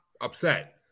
upset